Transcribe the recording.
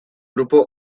grupo